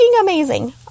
amazing